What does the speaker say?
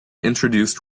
introduced